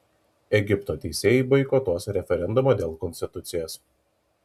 egipto teisėjai boikotuos referendumą dėl konstitucijos